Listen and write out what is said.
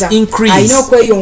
increase